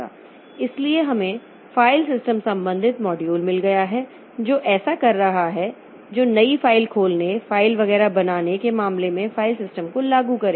इसलिए हमें file system संबंधित मॉड्यूल मिल गया है जो ऐसा कर रहा है जो नई फ़ाइल खोलने फ़ाइल वगैरह बनाने के मामले में फ़ाइल सिस्टम को लागू करेगा